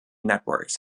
networks